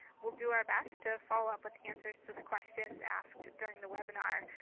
we'll do our best to follow up with answers to the questions asked during the webinar.